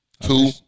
Two